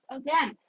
again